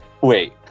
Wait